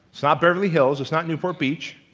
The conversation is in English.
it's not beverly hills, its not newport beach,